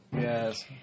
Yes